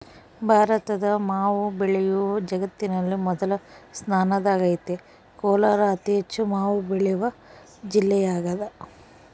ಭಾರತದ ಮಾವು ಬೆಳೆಯು ಜಗತ್ತಿನಲ್ಲಿ ಮೊದಲ ಸ್ಥಾನದಾಗೈತೆ ಕೋಲಾರ ಅತಿಹೆಚ್ಚು ಮಾವು ಬೆಳೆವ ಜಿಲ್ಲೆಯಾಗದ